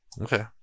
Okay